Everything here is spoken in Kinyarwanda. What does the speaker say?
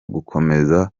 gukomeza